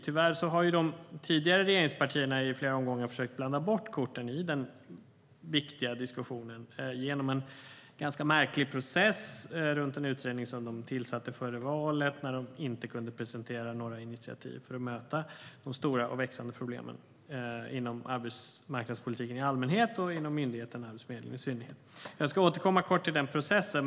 Tyvärr har de tidigare regeringspartierna i flera omgångar försökt blanda bort korten i den viktiga diskussionen, genom en ganska märklig process om en utredning som de tillsatte före valet. De kunde då inte presentera några initiativ för att möta de stora och växande problemen inom arbetsmarknadspolitiken i allmänhet och myndigheten Arbetsförmedlingen i synnerhet. Jag ska återkomma kort till den processen.